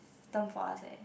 term for us eh